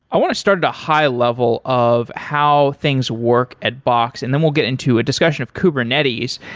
i want to start at high level of how things work at box, and then we'll get into a discussion of kubernetes.